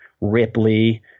Ripley